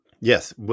Yes